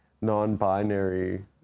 non-binary